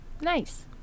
Nice